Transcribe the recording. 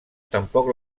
tampoc